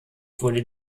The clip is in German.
wurde